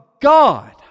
God